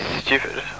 stupid